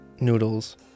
Noodles